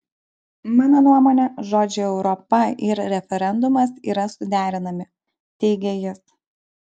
mano nuomone žodžiai europa ir referendumas yra suderinami teigė jis